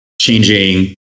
changing